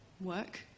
work